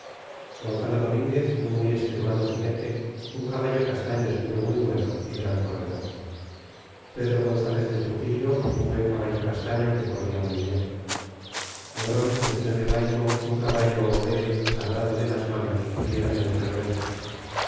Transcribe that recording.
gonzalo domínguez un muy estremado ginete un caballo castaño escuro muy bueno y gran corredor pedro gonzalez de truxillo un buen caballo castaño que corria muy bien moren vecino del vaimo un caballo boyero labrado de las manos y era bien revuelto